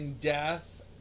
death